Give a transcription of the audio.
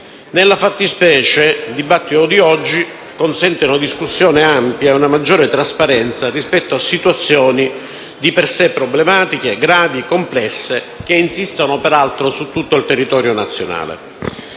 Nella fattispecie, il dibattito odierno consente una discussione ampia e una maggiore trasparenza rispetto a situazioni di per sé problematiche, gravi e complesse, che insistono, peraltro, su tutto il territorio nazionale.